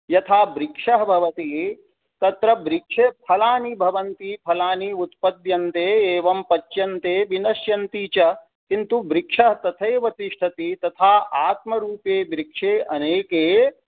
यथा वृक्षः भवति तत्र वृक्षे फलानि भवन्ति फलानि उत्पद्यन्ते एवं पच्यन्ते विनश्यन्ति च किन्तु वृक्षः तथैव तिष्ठति तथा आत्मरूपे बृक्षे अनेके